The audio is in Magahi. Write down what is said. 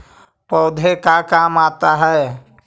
पौधे का काम आता है?